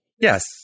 Yes